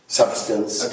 substance